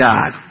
God